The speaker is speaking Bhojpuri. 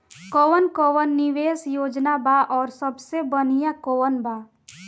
कवन कवन निवेस योजना बा और सबसे बनिहा कवन बा?